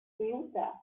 ceuta